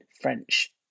French